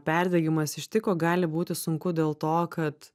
perdegimas ištiko gali būti sunku dėl to kad